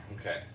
Okay